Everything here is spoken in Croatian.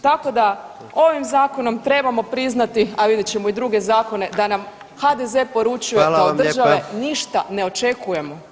Tako da ovim zakonom trebamo priznati, a vidjet ćemo i druge zakone, da nam HDZ poručuje da od države ništa ne očekujemo.